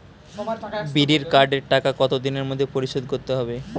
বিড়ির কার্ডের টাকা কত দিনের মধ্যে পরিশোধ করতে হবে?